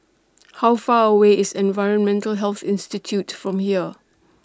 How Far away IS Environmental Health Institute from here